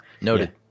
noted